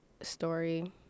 story